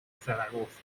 zaragoza